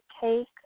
take